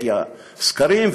כי בסקרים,